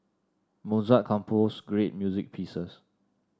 Mozart composed great music pieces